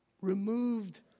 Removed